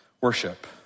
worship